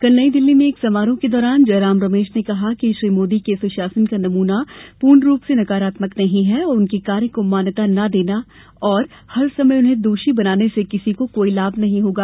कल नई दिल्ली में एक समारोह के दौरान जयराम रमेश ने कहा कि श्री मोदी के सुशासन का नमूना पूर्ण रूप से नकारात्मदक नही है और उनके कार्य को मान्यता न देना तथा हर समय उन्हें दोषी बनाने से किसी को कोई लाभ नहीं होगा